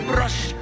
Brush